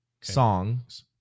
songs